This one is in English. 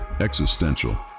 existential